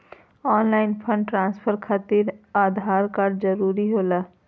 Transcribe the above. Online fund transfer Aadhaar आधार कार्ड जरूरी होला?